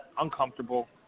uncomfortable